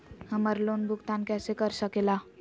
हम्मर लोन भुगतान कैसे कर सके ला?